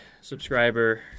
subscriber